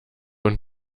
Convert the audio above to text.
und